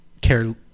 care